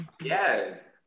Yes